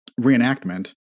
reenactment